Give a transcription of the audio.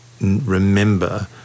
remember